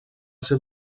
ser